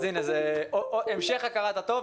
אז הנה, המשך הכרת הטוב.